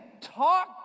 talk